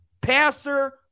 passer